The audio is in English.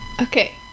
Okay